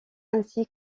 ainsi